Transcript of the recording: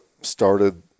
started